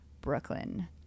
Brooklyn